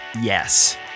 yes